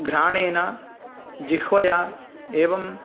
घ्राणेन जिह्वया एवम्